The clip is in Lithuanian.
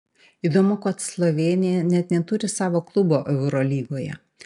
įdomu kad slovėnija net neturi savo klubo eurolygoje